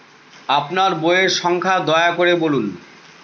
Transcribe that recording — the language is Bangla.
আপনার বইয়ের সংখ্যা দয়া করে বলুন?